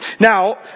Now